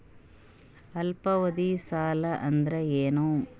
ಅಲ್ಪಾವಧಿ ಸಾಲ ಅಂದ್ರ ಏನು?